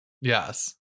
Yes